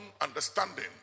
understanding